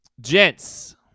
gents